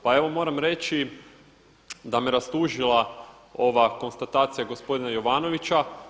Pa evo moram reći da me rastužila ova konstatacija gospodina Jovanovića.